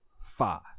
Five